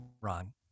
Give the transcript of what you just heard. Ron